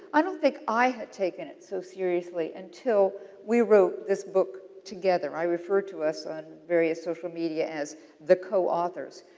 i don't think i had taken it so seriously until we wrote this book together. i refer to us, on various social media, as the coauthors.